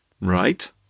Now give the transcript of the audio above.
Right